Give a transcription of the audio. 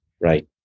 right